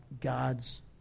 God's